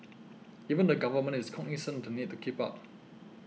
even the government is cognisant of the need to keep up